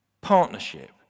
partnership